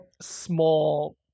small